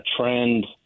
trend